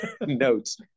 notes